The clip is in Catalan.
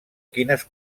quines